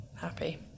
happy